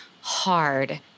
hard